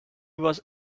was